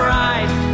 right